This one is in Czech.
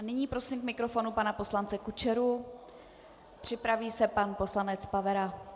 Nyní prosím k mikrofonu pana poslance Kučeru, připraví se pan poslanec Pavera.